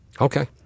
Okay